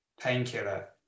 painkiller